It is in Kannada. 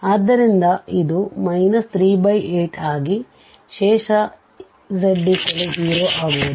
ಆದ್ದರಿಂದ ಇದು 38ಆಗಿ ಶೇಷ z 0 ಆಗುವುದು